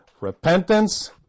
Repentance